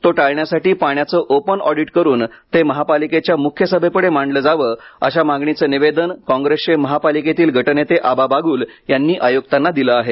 तो टाळण्यासाठी पाण्याचे ओपन ऑडिट करून ते महापालिकेच्या मुख्य सभेपुढे मांडले जावे अशा मागणीचे निवेदन कॉंग्रेसचे महापालिकेतील गटनेते आबा बाग्ल यांनी आय्क्तांना दिले आहे